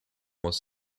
was